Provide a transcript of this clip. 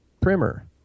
primer